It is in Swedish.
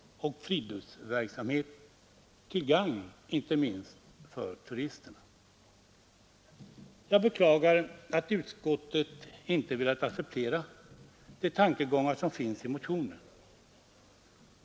ER ; z :: och friluftsverksamheter till gagn inte minst för turismen. RER AT BRIAN Jag beklagar att utskottet inte velat acceptera de tankegångar som sen finns i motionen.